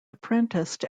apprenticed